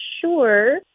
sure